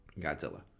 Godzilla